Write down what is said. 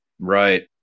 Right